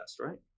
right